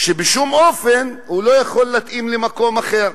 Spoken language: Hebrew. ובשום אופן הוא לא יכול להתאים למקום אחר?